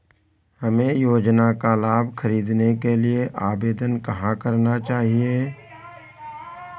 हमें योजना का लाभ ख़रीदने के लिए आवेदन कहाँ करना है?